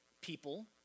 people